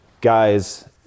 Guys